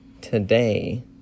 today